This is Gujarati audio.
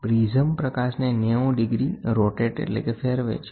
પ્રિઝમ પ્રકાશને 90 ડિગ્રી ફેરવે છે